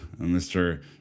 Mr